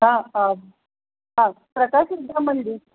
हां आ हां प्रकाश विद्या मंदिर